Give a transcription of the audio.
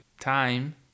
time